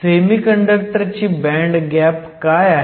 semi कंडक्टरची band gap काय आहे